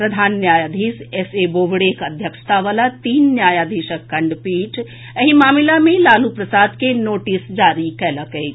प्रधान न्यायधीश S A बोबड़ेक अध्यक्षता वला तीन न्यायधीशक खंडपीठ एहि मामिला मे लालू प्रसाद के नोटिस जारी कयलक अछि